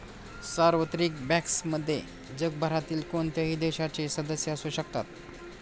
सार्वत्रिक बँक्समध्ये जगभरातील कोणत्याही देशाचे सदस्य असू शकतात